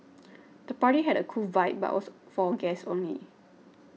the party had a cool vibe but was for guests only